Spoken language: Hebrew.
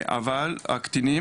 אבל הקטינים